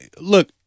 look